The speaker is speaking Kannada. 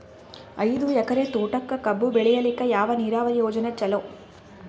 ಐದು ಎಕರೆ ತೋಟಕ ಕಬ್ಬು ಬೆಳೆಯಲಿಕ ಯಾವ ನೀರಾವರಿ ಯೋಜನೆ ಚಲೋ?